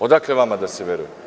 Odakle vama da se veruje?